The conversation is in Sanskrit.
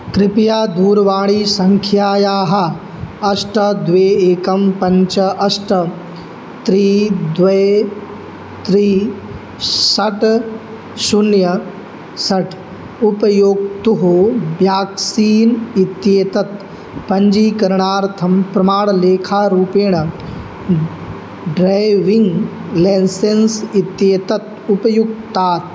कृपया दूरवाणीसङ्ख्यायाः अष्ट द्वे एकं पञ्च अष्ट त्रीणि द्वे त्रीणि षट् शून्यं षट् उपयोक्तुः व्याक्सीन् इत्येतत् पञ्चीकरणार्थं प्रमाणलेखारूपेण ड्रैविङ्ग् लेन्सेन्स् इत्येतत् उपयुङ्क्तात्